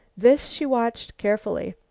this she watched carefully.